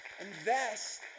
Invest